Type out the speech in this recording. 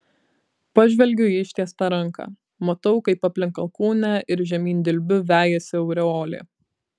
pažvelgiu į ištiestą ranką matau kaip aplink alkūnę ir žemyn dilbiu vejasi aureolė